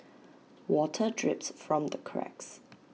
water drips from the cracks